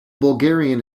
bulgarian